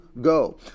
go